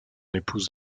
épouse